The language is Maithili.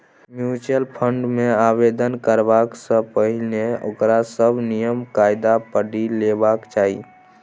म्यूचुअल फंड मे आवेदन करबा सँ पहिने ओकर सभ नियम कायदा पढ़ि लेबाक चाही